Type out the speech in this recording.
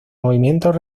movimientos